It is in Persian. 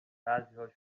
بعضیا